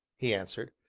he answered.